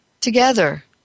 together